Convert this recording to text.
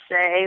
say